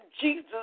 Jesus